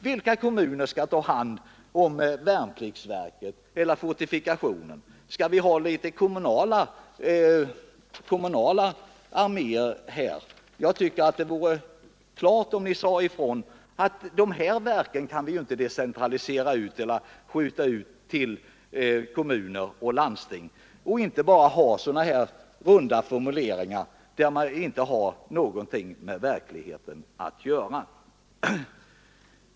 Vilka kommuner skall ta hand om värnpliktsverket eller fortifikationsförvaltningen? Skall vi ha kommunala arméer här? Det vore bra om ni sade ifrån, att de här verken kan inte decentraliseras ut till kommuner och landsting, och inte bara använde sådana här runda formuleringar som inte har någonting med verkligheten att göra.